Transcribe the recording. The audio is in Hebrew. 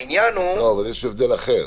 אבל יש הבדל אחר.